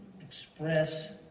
express